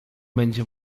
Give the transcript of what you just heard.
będzie